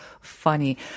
funny